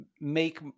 make